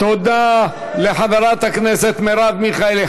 תודה לחברת הכנסת מרב מיכאלי.